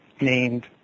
named